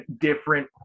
different